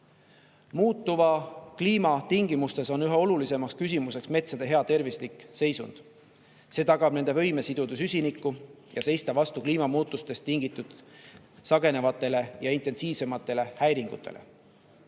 kliima tingimustes on üha olulisem küsimus metsade hea tervislik seisund. See tagab nende võime siduda süsinikku ja seista vastu kliimamuutustest tingitud sagenevatele ja intensiivsematele häiringutele.